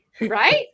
right